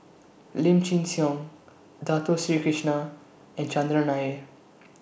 Lim Chin Siong Dato Sri Krishna and Chandran Nair